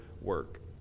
work